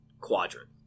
quadrant